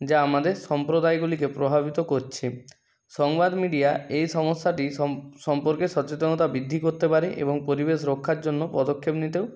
যা আমাদের সম্প্রদায়গুলিকে প্রভাবিত করছে সংবাদ মিডিয়া এই সমস্যাটি সম্পর্কে সচেতনতা বৃদ্ধি করতে পারে এবং পরিবেশ রক্ষার জন্য পদক্ষেপ নিতেও